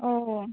ओ